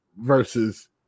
versus